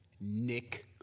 Nick